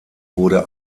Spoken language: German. wurde